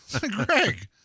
Greg